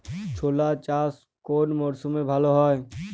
ছোলা চাষ কোন মরশুমে ভালো হয়?